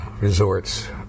resorts